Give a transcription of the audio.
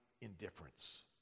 indifference